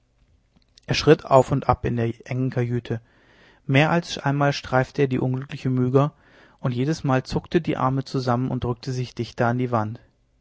er schritt auf und ab in der engen kajüte mehr als einmal streifte er die unglückliche myga und jedesmal zuckte die arme zusammen und drückte sich dichter an die wand